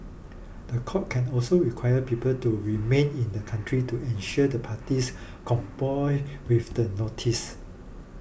the court can also require people to remain in the country to ensure the parties comply with the notice